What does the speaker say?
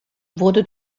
wurde